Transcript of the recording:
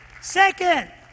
Second